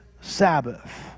Sabbath